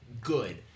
good